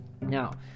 Now